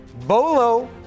bolo